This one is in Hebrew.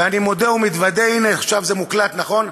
ואני מודה ומתוודה, הנה, עכשיו זה מוקלט, נכון?